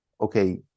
okay